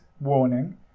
warning